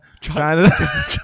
China